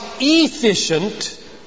efficient